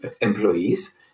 employees